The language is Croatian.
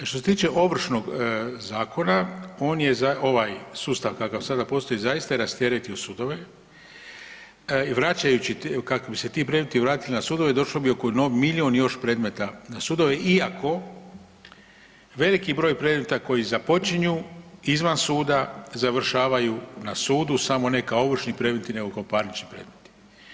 Što se tiče Ovršnog zakona on je ovaj sustav kakav sada postoji zaista je rasteretio sudove i vračajući, kada bi se ti predmeti vratili na sudove došlo bi oko milijun još predmeta na sudove iako veliki broj predmeta koji započinju izvan suda završavaju na sudu samo ne kao ovršni predmetni, nego kao parnični predmeti.